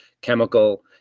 chemical